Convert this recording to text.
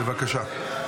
בבקשה.